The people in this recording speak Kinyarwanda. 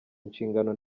inshingano